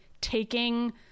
taking